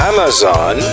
Amazon